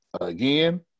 again